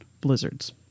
blizzards